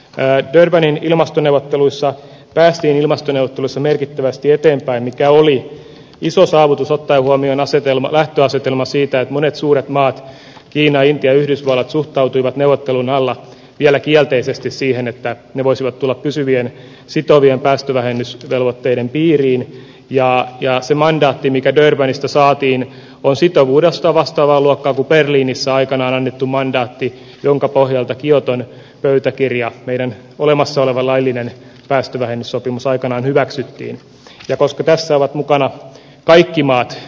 käyttöveden ilmastoneuvotteluissa päästiin ilmestyneelle tulisi merkittävästi eteenpäin mikä oli iso saavutus ottaen voimien asetelma lähtöasetelma siitä monet suuret maat kiina intia yhdysvallat suhtautuivat neuvottelujen alla vielä kielteisesti siihen että ne voisivat tulla pysyvien sitovien päästövähennysvelvoitteiden piiriin ja jää se mandaatti mikä durbanista saatiin vai sitovuudesta vastaava luokka berliinissä aikanaan annettu mandaatti jonka pohjalta kioton pöytäkirja meidän olemassa oleva laillinen päästövähennyssopimuksemme aikanaan hyväksyttiin ja koska tässä ovat mukana kaikki maat